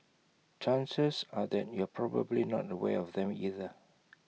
chances are that you're probably not aware of them either